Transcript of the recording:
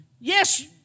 Yes